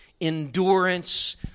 endurance